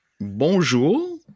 Bonjour